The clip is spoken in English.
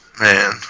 Man